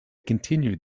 continued